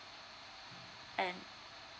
and